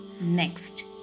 next